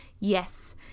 yes